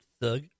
Thug